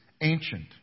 ancient